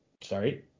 sorry